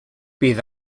bydd